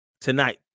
tonight